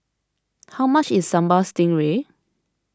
how much is Sambal Stingray